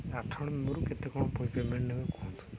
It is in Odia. ଆଠ ନମ୍ବରରୁ କେତେ କ'ଣ ପୁଣି ପେମେଣ୍ଟ ନେବେ କୁହନ୍ତୁ